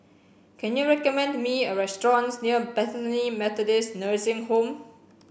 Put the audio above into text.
can you recommend me a restaurant near Bethany Methodist Nursing Home